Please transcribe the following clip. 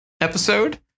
episode